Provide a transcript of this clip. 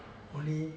only